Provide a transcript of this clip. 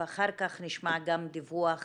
ואחר כך נשמע גם דיווח